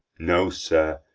no, sir,